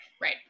right